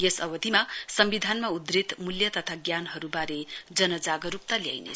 यस अवधिमा सम्विधानमा उद्धृत मूल्य तथा ज्ञानहरुवारे जन जागरुकता ल्याइनेछ